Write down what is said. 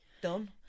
done